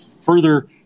further